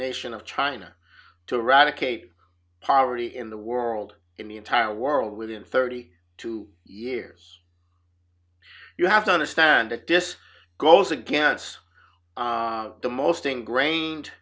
nation of china to eradicate poverty in the world in the entire world within thirty two years you have to understand a disk goes against the most ng grained